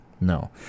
No